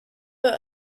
but